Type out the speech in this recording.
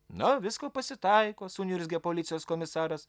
na visko pasitaiko suniurzgė policijos komisaras